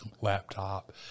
laptop